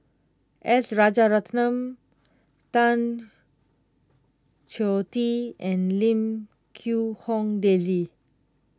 S Rajaratnam Tan Choh Tee and Lim Quee Hong Daisy